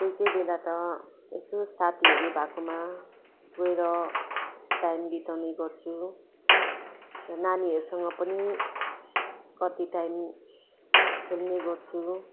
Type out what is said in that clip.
कोही कोही बेला त यसो साथीहरू भएकोमा गएर टाइम बिताउने गर्छु र नानीहरूसँग पनि कति टाइम खेल्ने गर्छु